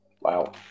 Wow